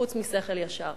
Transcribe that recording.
חוץ משכל ישר.